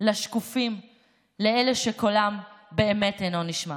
לשקופים ולאלה שקולם באמת אינו נשמע.